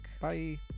Bye